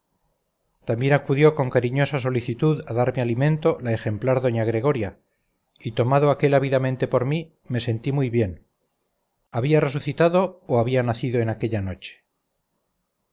también acudió con cariñosa solicitud a darme alimento la ejemplar doña gregoria y tomado aquel ávidamente por mí me sentí muy bien había resucitado o había nacido en aquella noche